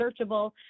searchable